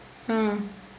ah